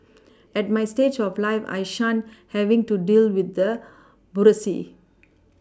at my stage of life I shun having to deal with the